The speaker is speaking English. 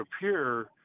appear